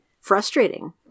frustrating